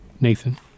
Nathan